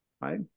Right